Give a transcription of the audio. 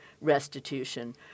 restitution